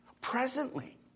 presently